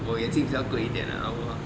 我眼镜比较贵一点啊我